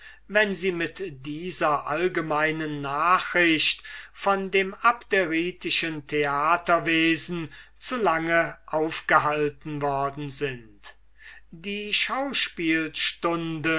wenn sie mit dieser allgemeinen nachricht von dem abderitischen theaterwesen zu lange aufgehalten worden sind es